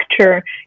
structure